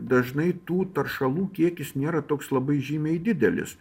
dažnai tų taršalų kiekis nėra toks labai žymiai didelis